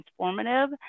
transformative